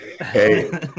hey